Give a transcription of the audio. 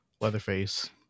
Leatherface